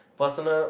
personal